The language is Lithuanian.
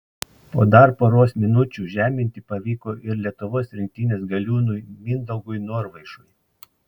po dar poros minučių žeminti pavyko ir lietuvos rinktinės galiūnui mindaugui norvaišui